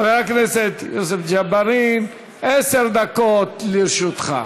חבר הכנסת יוסף ג'בארין, עשר דקות לרשותך.